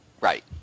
Right